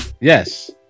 Yes